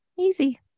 Easy